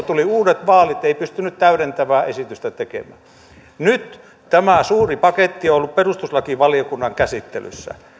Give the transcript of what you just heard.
tuli uudet vaalit ja ei ollut mahdollisuutta täydentävää esitystä tehdä nyt tämä suuri paketti on ollut perustuslakivaliokunnan käsittelyssä